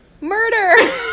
murder